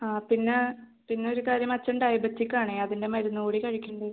ആ പിന്നെ പിന്നെ ഒരു കാര്യം അച്ഛൻ ഡയബറ്റിക് ആണേ അതിൻ്റെ മരുന്ന് കൂടി കഴിക്കുന്നുണ്ട്